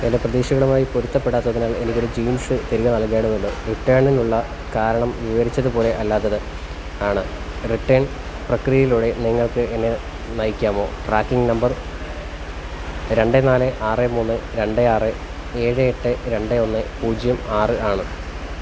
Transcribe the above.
എൻ്റെ പ്രതീക്ഷകളുമായി പൊരുത്തപ്പെടാത്തതിനാൽ എനിക്ക് ഒരു ജീൻസ് തിരികെ നൽകേണ്ടതുണ്ട് റിട്ടേണിനുള്ള കാരണം വിവരിച്ചതു പോലെ അല്ലാത്തത് ആണ് റിട്ടേൺ പ്രക്രിയയിലൂടെ നിങ്ങൾക്ക് എന്നെ നയിക്കാമോ ട്രാക്കിംഗ് നമ്പർ രണ്ട് നാല് ആറ് മൂന്ന് രണ്ട് ആറ് ഏഴ് എട്ട് രണ്ട് ഒന്ന് പൂജ്യം ആറ് ആണ്